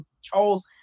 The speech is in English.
Charles